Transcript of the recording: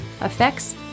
effects